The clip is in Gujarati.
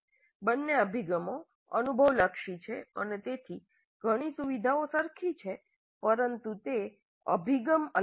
બંને અભિગમો અનુભવલક્ષી છે અને તેથી ઘણી સુવિધાઓ સરખી છે પરંતુ તે અભિગમ અલગ છે